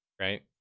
right